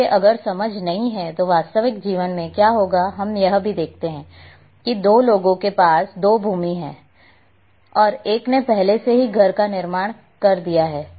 इसलिए अगर समझ नहीं है तो वास्तविक जीवन में क्या होगा हम यह भी देखते हैं कि दो लोगों के पास दो भूमि है भूमि हैं और एक ने पहले से ही घर का निर्माण किया है